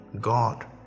God